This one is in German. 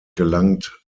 gelangt